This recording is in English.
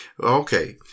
Okay